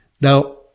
Now